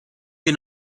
wir